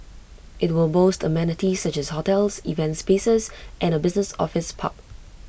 IT will boast amenities such as hotels events spaces and A business office park